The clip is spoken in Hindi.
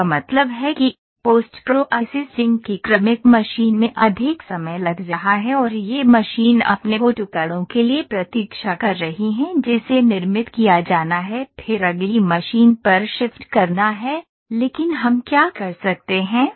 इसका मतलब है कि पोस्ट प्रॉसेसिंग की क्रमिक मशीन में अधिक समय लग रहा है और यह मशीन अपने ओ टुकड़ों के लिए प्रतीक्षा कर रही है जिसे निर्मित किया जाना है फिर अगली मशीन पर शिफ्ट करना है लेकिन हम क्या कर सकते हैं